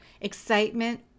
excitement